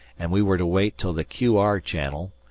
and we were to wait till the q r. channel,